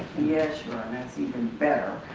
yes you are, and that's even better